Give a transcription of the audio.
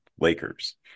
Lakers